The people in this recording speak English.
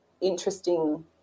interesting